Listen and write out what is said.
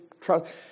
trust